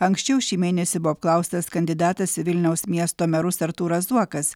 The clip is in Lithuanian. anksčiau šį mėnesį buvo apklaustas kandidatas į vilniaus miesto merus artūras zuokas